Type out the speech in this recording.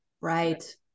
Right